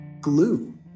glue